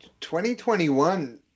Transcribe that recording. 2021